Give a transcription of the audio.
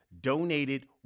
donated